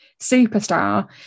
superstar